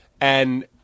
and-